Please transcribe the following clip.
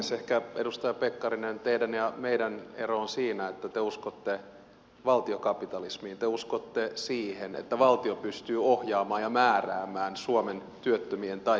ehkä edustaja pekkarinen teidän ja meidän ero on siinä että te uskotte valtiokapitalismiin te uskotte siihen että valtio pystyy ohjaamaan ja määräämään suomen työttömien tai työllisten määrän